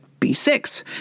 B6